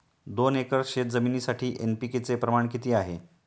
दोन एकर शेतजमिनीसाठी एन.पी.के चे प्रमाण किती आहे?